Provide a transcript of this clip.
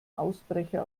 ausbrecher